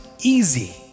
easy